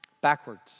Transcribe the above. backwards